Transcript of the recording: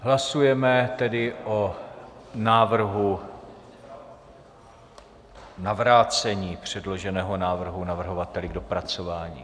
Hlasujeme tedy o návrhu na vrácení předloženého návrhu navrhovateli k dopracování.